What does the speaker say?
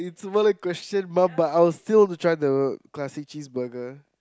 it's a valid question mom but I will still want to try the classic cheeseburger